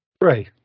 Right